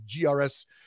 GRS